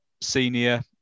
senior